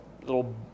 little